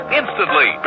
instantly